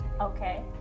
Okay